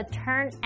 turn